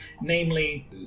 Namely